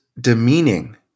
demeaning